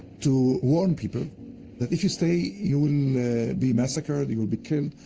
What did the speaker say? to warm people that if you stay, you will be massacred, you will be killed,